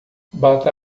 bata